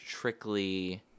trickly